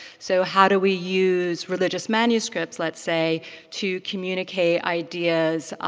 so how do we use religious manuscripts let's say to communicate ideas